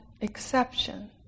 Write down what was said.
exception